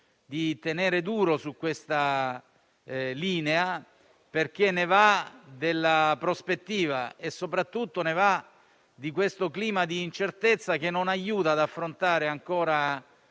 di tenere duro su questa linea, perché ne va della prospettiva e soprattutto questo clima di incertezza non aiuta ad affrontare ancora